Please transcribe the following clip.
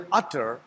utter